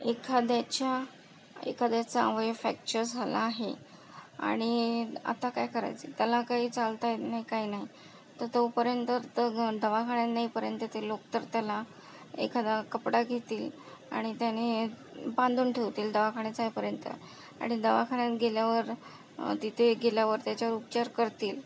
एखाद्याच्या एखाद्याचा अवयव फॅक्चर झाला आहे आणि आता काय करायचं त्याला काही चालता येत नाही काही नाही तर तोपर्यंत तर दवाखान्यात नेईपर्यंत ते लोक तर त्याला एखादा कपडा घेतील आणि त्यानी बांधून ठेवतील दवाखान्यात जाईपर्यंत आणि दवाखान्यात गेल्यावर तिथे गेल्यावर त्याच्यावर उपचार करतील